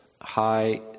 high